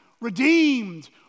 redeemed